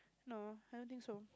no I don't think so